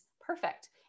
perfect